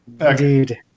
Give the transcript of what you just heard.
Indeed